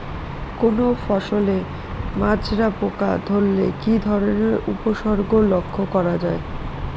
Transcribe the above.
কোনো ফসলে মাজরা পোকা ধরলে কি ধরণের উপসর্গ লক্ষ্য করা যায়?